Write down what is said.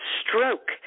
stroke